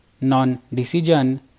non-decision